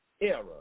error